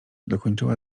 dokończyła